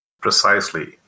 Precisely